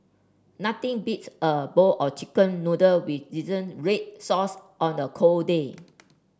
nothing beats a bowl of chicken noodle with red sauce on a cold day